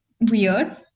weird